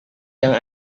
yang